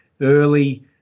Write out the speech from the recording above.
early